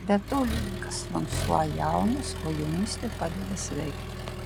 be to liudvikas fransua jaunas o jaunystė padeda sveikti